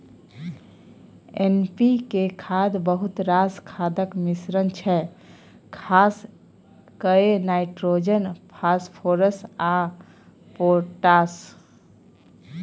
NPK खाद बहुत रास खादक मिश्रण छै खास कए नाइट्रोजन, फास्फोरस आ पोटाश